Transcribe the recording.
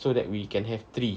so that we can have three